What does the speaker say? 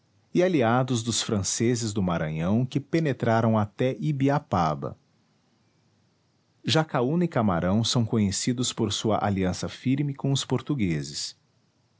e aliados dos franceses do maranhão que penetraram até ibiapaba jacaúna e camarão são conhecidos por sua aliança firme com os portugueses